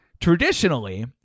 traditionally